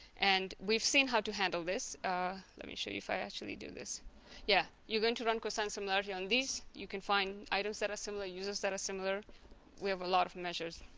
and we've seen how to handle this let me show you if i actually do this yeah you're going to run cosine similarity on these you can find items that are similar users that are similar we have a lot of measures